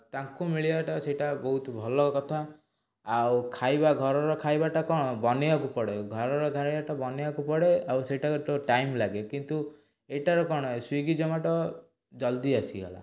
ତାଙ୍କୁ ମିଳିବାଟା ସେଇଟା ବହୁତ ଭଲ କଥା ଆଉ ଖାଇବା ଘରର ଖାଇବାଟା କ'ଣ ବନାଇବାକୁ ପଡ଼େ ଘରର ଖାଇବାଟା ବନାଇବାକୁ ପଡ଼େ ଆଉ ସେଇଟା ଗୋଟେ ଟାଇମ୍ ଲାଗେ କିନ୍ତୁ ଏଇଟାରେ କ'ଣ ସ୍ଵିଗୀ ଜୋମାଟୋ ଜଲଦି ଆସିଗଲା